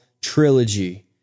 trilogy